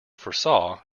foresaw